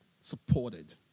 supported